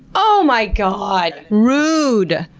oh my god! rude!